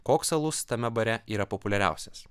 koks alus tame bare yra populiariausias